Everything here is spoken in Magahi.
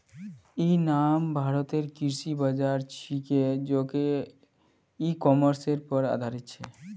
इ नाम भारतेर कृषि बाज़ार छिके जेको इ कॉमर्सेर पर आधारित छ